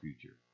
future